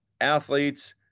athletes